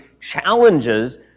challenges